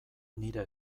nire